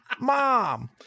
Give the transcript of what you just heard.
mom